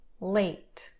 late